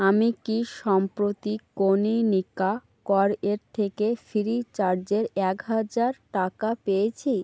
আমি কি সম্প্রতি কনীনিকা কর এর থেকে ফ্রিচার্জের এক হাজার টাকা পেয়েছি